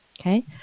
Okay